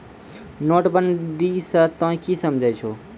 नोटबंदी स तों की समझै छौ